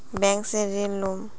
Bank से ऋण लुमू?